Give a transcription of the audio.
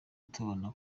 tubona